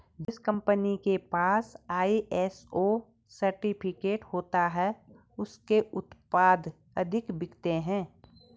जिस कंपनी के पास आई.एस.ओ सर्टिफिकेट होता है उसके उत्पाद अधिक बिकते हैं